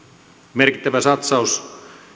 merkittävä satsaus